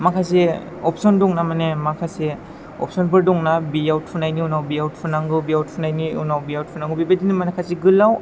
माखासे अपसन दं ना माने माखासे अपसनफोर दं ना बेयाव थुनायनि उनाव बेयाव थुनांगौ बेयाव थुनायनि उनाव बेयाव थुनांगौ बेबायदिनो माखासे गोलाव